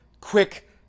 quick